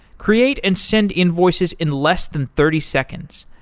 create and send invoices in less than thirty seconds.